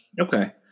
Okay